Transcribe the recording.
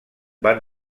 van